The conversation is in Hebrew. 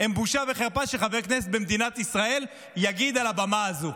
בושה וחרפה שחבר כנסת במדינת ישראל יגיד על הבמה הזאת.